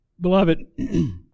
beloved